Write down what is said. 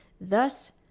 Thus